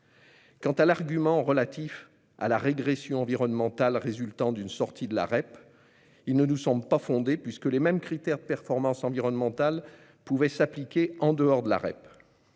combat ! L'argument relatif à la régression environnementale résultant d'une sortie de la REP ne nous semble pas fondé, puisque les mêmes critères de performance environnementale pouvaient s'appliquer en dehors de la REP.